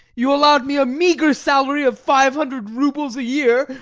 you allowed me a meagre salary of five hundred roubles a year,